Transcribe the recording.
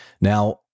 Now